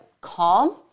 calm